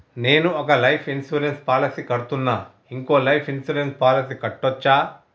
నేను ఒక life insurance policy కడ్తున్నా, ఇంకో లైఫ్ ఇన్సూరెన్స్ పాలసీ కట్టొచ్చా?